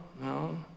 no